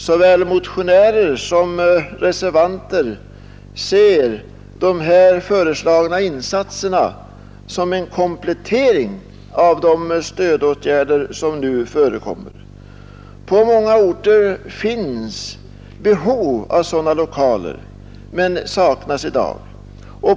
Såväl motionärer som reservanter ser de här föreslagna insatserna som en komplettering av de stödåtgärder som nu förekommer. På många orter finns behov av sådana lokaler men de saknas i dag.